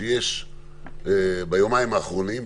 שיש ביומיים האחרונים,